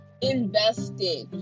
invested